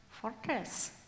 fortress